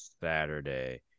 Saturday